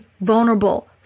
vulnerable